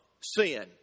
sin